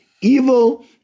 evil